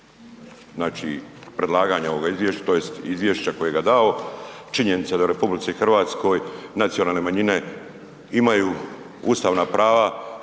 znači predlaganja ovog izvješća tj. izvješća kojega je dao, činjenica je da je u RH nacionalne manjine imaju ustavna prava